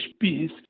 peace